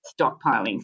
stockpiling